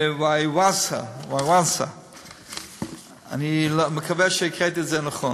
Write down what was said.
Vyvanse, אני מקווה שהקראתי את זה נכון.